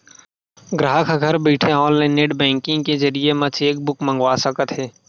गराहक ह घर बइठे ऑनलाईन नेट बेंकिंग के जरिए म चेकबूक मंगवा सकत हे